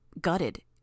gutted